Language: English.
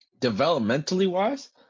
Developmentally-wise